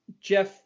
Jeff